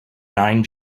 nine